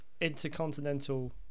Intercontinental